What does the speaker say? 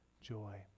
joy